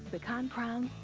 pecan crowns.